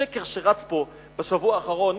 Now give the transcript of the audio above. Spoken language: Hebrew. השקר שרץ פה בשבוע האחרון,